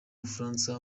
bufaransa